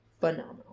phenomenal